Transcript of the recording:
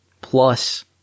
plus